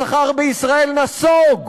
השכר בישראל נסוג,